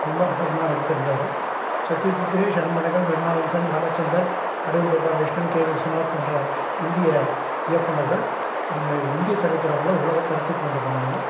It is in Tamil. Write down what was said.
ரொம்ப அற்புதமாக எடுத்திருந்தாரு சத்திய ஜித்ரே ஷியாம் பெனகல் மெர்னாலம்சன் பாலச்சந்தர் அடூர் கோபாலகிருஷ்ணன் கே விஸ்வநாத் போன்ற இந்திய இயக்குனர்கள் இந்திய திரைப்படங்களை உலகத்தரத்துக்கு கொண்டு போனாங்க